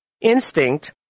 instinct